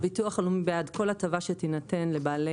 ביטוח לאומי בעד כל הטבה שתינתן לבעלי